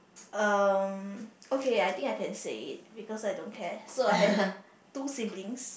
um okay I think I can say it because I don't care so I have two siblings